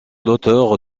l’auteur